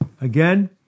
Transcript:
Again